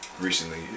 recently